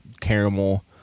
caramel